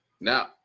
Now